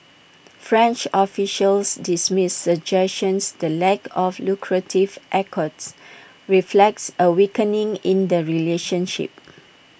French officials dismiss suggestions the lack of lucrative accords reflects A weakening in the relationship